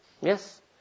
Yes